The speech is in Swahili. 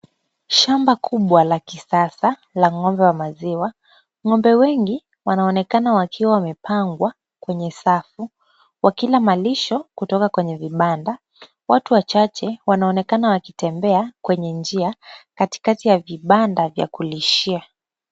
Shamba kubwa la kisasa la ng'ombe wa maziwa. Ng'ombe wengi wanaonekana wakiwa wamepangwa kwenye safu wakila malisho kutoka kwenye vibanda. Watu wachache wanaonekana wakitembea kwenye njia katikati ya vibanda vya kulishia.